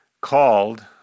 called